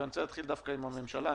ואני רוצה להתחיל דווקא עם הממשלה.